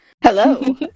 Hello